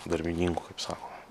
darbininkų kaip sako